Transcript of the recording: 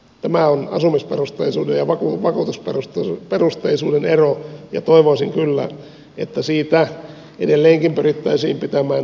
tämä on asumisperusteisuuden ja vakuutusperusteisuuden ero ja toivoisin kyllä että siitä edelleenkin pyrittäisiin pitämään tinkimättömästi kiinni